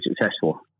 successful